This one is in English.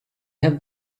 have